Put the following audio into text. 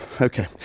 Okay